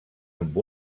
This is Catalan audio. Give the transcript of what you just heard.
amb